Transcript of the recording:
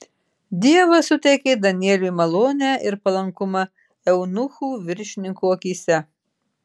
dievas suteikė danieliui malonę ir palankumą eunuchų viršininko akyse